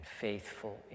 faithful